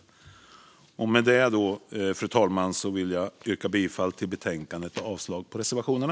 Fru talman! Med det vill jag yrka bifall till utskottets förslag i betänkandet och avslag på reservationerna.